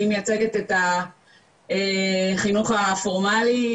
אני מייצגת את החינוך הפורמלי,